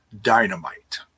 dynamite